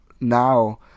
now